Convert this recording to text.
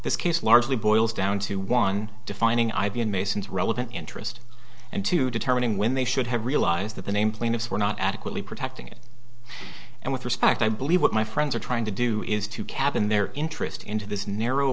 this case largely boils down to one defining idea masons relevant interest and to determining when they should have realized that the name plaintiffs were not adequately protecting it and with respect i believe what my friends are trying to do is to cap in their interest into this narrow